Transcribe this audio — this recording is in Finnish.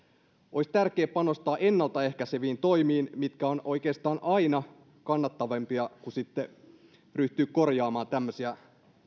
olisi tärkeää panostaa ennaltaehkäiseviin toimiin mitkä ovat oikeastaan aina kannattavampia kuin sitten ryhtyä korjaamaan tämmöisiä